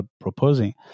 proposing